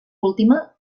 última